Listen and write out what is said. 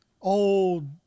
Old